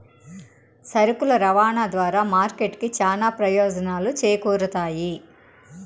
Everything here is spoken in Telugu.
సరుకుల రవాణా ద్వారా మార్కెట్ కి చానా ప్రయోజనాలు చేకూరుతాయి